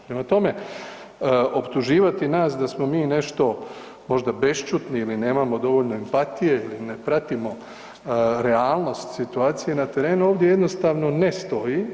Prema tome, optuživati nas da smo mi nešto možda bešćutni ili nemamo dovoljno empatije ili ne pratimo realnost situacije na terenu, ovdje jednostavno ne stoji.